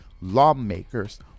Lawmakers